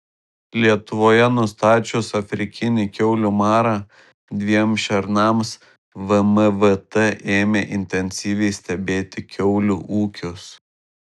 lietuvoje nustačius afrikinį kiaulių marą dviem šernams vmvt ėmė intensyviai stebėti kiaulių ūkius